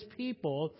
people